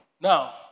Now